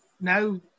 now